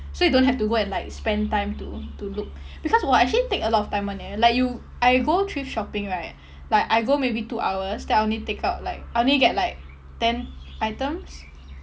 so you don't have to go and like spend time to to look because !wah! actually take a lot of time [one] eh like you I go thrift shopping right like I go maybe two hours then I only take out like I only get like ten items